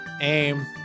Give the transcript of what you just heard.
aim